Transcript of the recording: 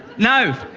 now,